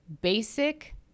basic